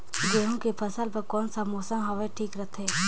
गहूं के फसल बर कौन सा मौसम हवे ठीक रथे?